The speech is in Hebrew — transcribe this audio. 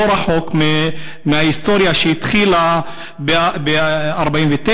לא רחוק מההיסטוריה שהתחילה ב-1949,